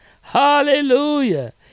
Hallelujah